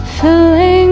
filling